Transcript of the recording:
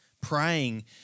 praying